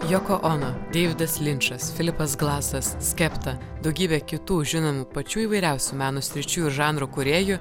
joko ona deividas linčas filipas glasas skepta daugybė kitų žinomų pačių įvairiausių meno sričių žanro kūrėjų